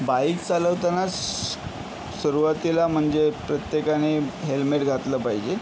bike चालवताना स् सुरुवातीला म्हणजे प्रत्येकाने हेल्मेट घातलं पाहिजे